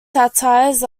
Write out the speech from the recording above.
satires